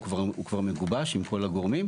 הוא כבר מגובש עם כל הגורמים,